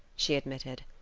she admitted.